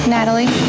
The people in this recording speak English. Natalie